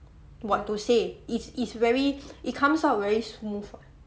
what to say is is very it comes out very smooth [what]